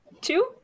Two